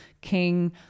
King